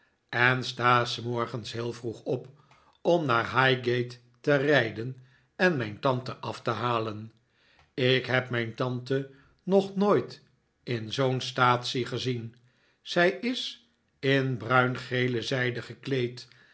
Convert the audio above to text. en sta s morgens heel vroeg op om naar highgate te rijden en mijn tante af te halen ik heb mijn tante nog nooit in zoo'n staatsie gezien zij is in bruingele zijde gekleed